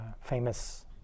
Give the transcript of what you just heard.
famous